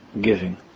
giving